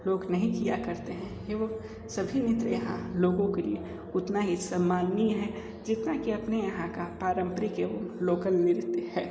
लोग नहीं किया करते हैं एवं सभी नृत्य यहाँ लोगों के लिए उतना ही सम्मानीय है जितना के अपने यहाँ का पारंपरिक एवं लोकल नृत्य है